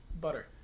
Butter